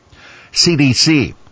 CDC